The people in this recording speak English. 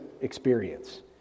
experience